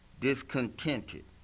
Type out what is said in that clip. discontented